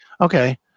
Okay